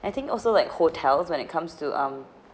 I think also like hotels when it comes to um